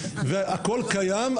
והכל קיים,